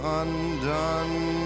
undone